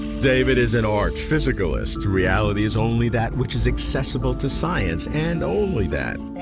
david is an arch-physicalist. reality is only that which is accessible to science and only that.